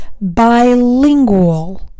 bilingual